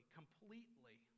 completely